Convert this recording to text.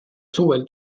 suvel